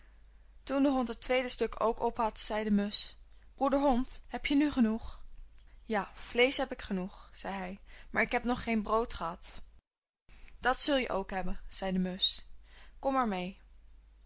toen de hond het tweede stuk ook op had zei de musch broeder hond heb je nu genoeg ja vleesch heb ik genoeg zei hij maar ik heb nog geen brood gehad dat zul je ook hebben zei de musch kom maar mee